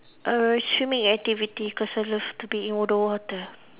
err swimming activity cause I love to be in wa~ the water